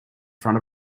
front